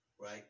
Right